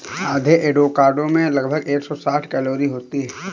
आधे एवोकाडो में लगभग एक सौ साठ कैलोरी होती है